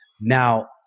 Now